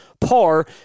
par